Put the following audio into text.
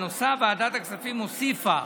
ועדת הכספים הוסיפה